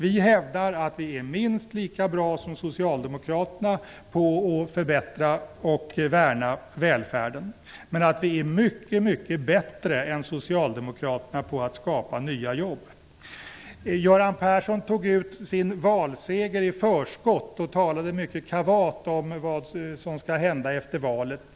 Vi hävdar att vi är minst lika bra som socialdemokraterna på att förbättra och värna välfärden, men att vi är mycket mycket bättre än socialdemokraterna på att skapa nya jobb. Göran Persson tog ut sin valseger i förskott och talade mycket kavat om vad som skall hända efter valet.